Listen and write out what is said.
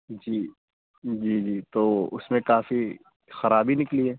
جی جی جی تو اس میں کافی خرابی نکلی ہے